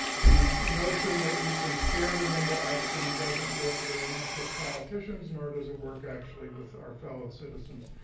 the notion that you can scare them into action doesn't work very much with politicians in order. does it work actually with our fellow citizens?